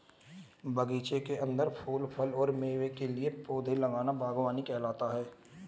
बगीचे के अंदर फूल, फल और मेवे के लिए पौधे लगाना बगवानी कहलाता है